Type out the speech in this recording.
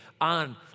on